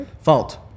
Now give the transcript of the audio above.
Fault